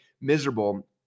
miserable